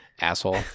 Asshole